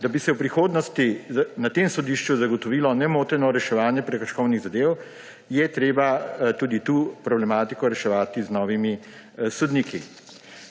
Da bi se v prihodnosti na tem sodišču zagotovilo nemoteno reševanje prekrškovnih zadev, je treba tudi tu problematiko reševati z novimi sodniki.